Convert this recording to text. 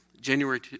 January